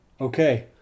Okay